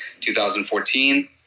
2014